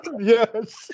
yes